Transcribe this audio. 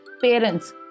parents